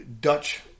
Dutch